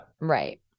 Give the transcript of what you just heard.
right